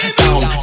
down